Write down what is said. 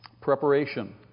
preparation